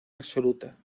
absoluta